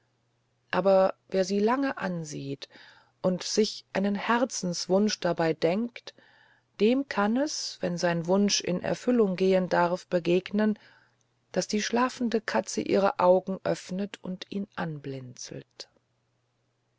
aber wer sie lange ansieht und sich einen herzenswunsch dabei denkt dem kann es wenn sein wunsch in erfüllung gehen darf begegnen daß die schlafende katze ihre augen öffnet und ihn anblinzelt